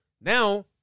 Now